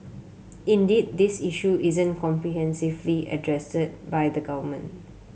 indeed this issue isn't comprehensively addressed by the government